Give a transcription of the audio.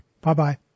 Bye-bye